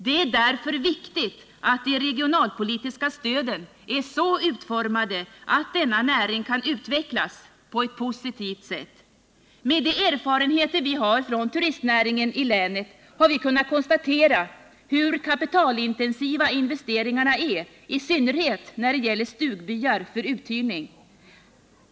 Det är därför viktigt att de regionalpolitiska stöden är så utformade, att denna näring kan utvecklas på ett positivt sätt. Med de erfarenheter vi har från turistnäringen i länet har vi kunnat konstatera hur kapitalintensiva investeringarna är, i synnerhet när det gäller stugbyar för uthyrning.